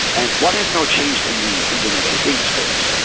and what have now changed in the internet of things space,